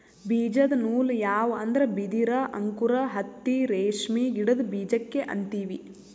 ಬೀಜದ ನೂಲ್ ಯಾವ್ ಅಂದ್ರ ಬಿದಿರ್ ಅಂಕುರ್ ಹತ್ತಿ ರೇಷ್ಮಿ ಗಿಡದ್ ಬೀಜಕ್ಕೆ ಅಂತೀವಿ